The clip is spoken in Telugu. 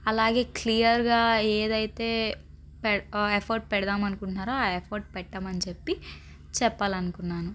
అలాగే క్లియర్ గా ఏదైతే పె ఎఫర్ట్ పెడదాం అనుకున్నారో ఆ ఎఫర్ట్ పెట్టమని చెప్పి చెప్పాలనుకున్నాను